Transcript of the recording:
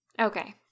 Okay